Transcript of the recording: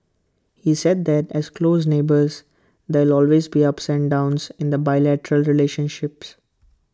he said that as close neighbours there always be ups and downs in the bilateral relationship